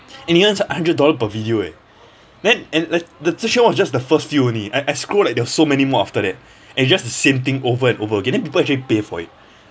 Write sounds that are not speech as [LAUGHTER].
and he earns hundred dollar per video eh [BREATH] then and like the zheng xuan one was just the first few only I I scrolled like there are so many more after that [BREATH] and it just the same thing over and over again and then people actually pay for it [BREATH]